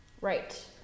Right